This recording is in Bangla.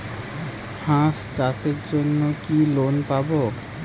হাঁস চাষের জন্য কি লোন পাব?